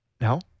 No